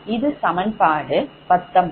இது சமன்பாட்டு 19